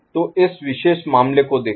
तो इस विशेष मामले को देखें